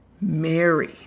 Mary